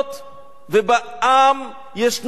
ובעם ישנו כיב,